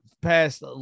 past